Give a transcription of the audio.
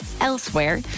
elsewhere